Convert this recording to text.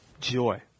joy